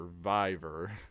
Survivor